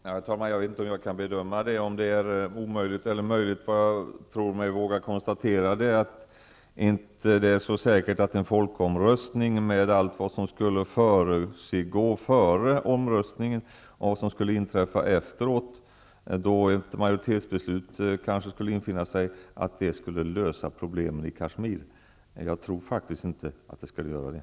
Herr talman! Jag vet inte om jag kan bedöma om det är omöjligt eller möjligt. Jag vågar konstatera att det inte är säkert att en folkomröstning, med allt det som föregår omröstningen och allt det som kan inträffa efter ett möjligt majoritetsbeslut, skulle lösa problemen i Kashmir -- jag tror inte det.